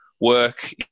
work